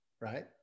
right